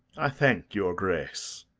i thank your grace.